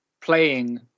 playing